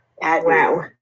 Wow